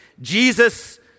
Jesus